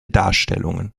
darstellungen